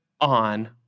on